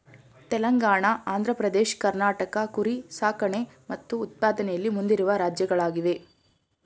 ತೆಲಂಗಾಣ ಆಂಧ್ರ ಪ್ರದೇಶ್ ಕರ್ನಾಟಕ ಕುರಿ ಸಾಕಣೆ ಮತ್ತು ಉತ್ಪಾದನೆಯಲ್ಲಿ ಮುಂದಿರುವ ರಾಜ್ಯಗಳಾಗಿವೆ